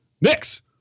next